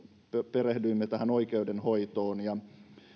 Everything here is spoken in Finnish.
perehdyimme oikeudenhoitoon